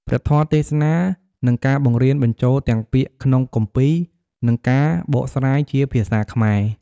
ព្រះធម៌ទេសនា និងការបង្រៀនបញ្ចូលទាំងពាក្យក្នុងគម្ពីរ និងការបកស្រាយជាភាសាខ្មែរ។